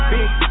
Big